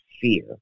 fear